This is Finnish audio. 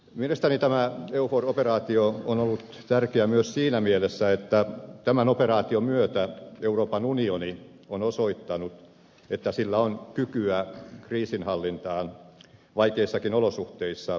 mielestäni tämä eufor operaatio on ollut tärkeä myös siinä mielessä että tämän operaation myötä euroopan unioni on osoittanut että sillä on kykyä kriisinhallintaan vaikeissakin olosuhteissa